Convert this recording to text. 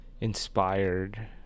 inspired